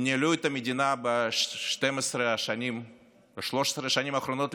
הם ניהלו את המדינה ב-13 השנים האחרונות,